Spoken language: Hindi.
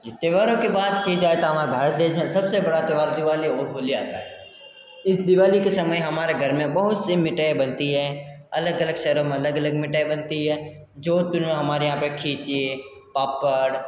जी त्योहारों की बात की जाए तो हमारे भारत देश में सबसे बड़ा त्योहार दिवाली और होली आता है इस दिवाली के समय हमारे घर में बहुत सी मिठाइयाँ बनती हैं अलग अलग शहरों में अलग अलग मिठाई बनती है जोधपुर में हमारे यहाँ पे खींचिए पापड़